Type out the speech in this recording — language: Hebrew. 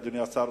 אדוני השר,